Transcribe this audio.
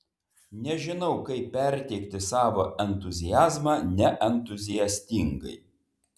nežinau kaip perteikti savo entuziazmą neentuziastingai